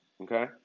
Okay